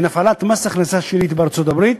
בין הפעלת מס הכנסה שלילי בארצות-הברית